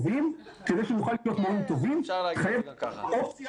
כדי שנוכל לקלוט מורים טובים חייבת אופציה